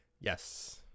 yes